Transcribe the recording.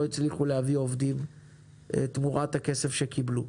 הצליחו להביא עובדים תמורת הכסף שקיבלו.